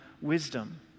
wisdom